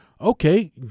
Okay